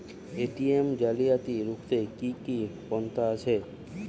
ATM জালিয়াতি রুখতে কি কি পন্থা আছে?